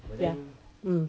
ya mm